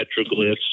petroglyphs